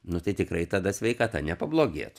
nu tai tikrai tada sveikata nepablogėtų